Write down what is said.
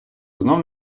знов